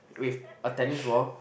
with a tennis ball